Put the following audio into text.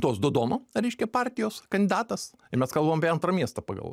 tos dodono reiškia partijos kandidatas ir mes kalbam apie antrą miestą pagal